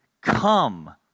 Come